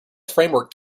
framework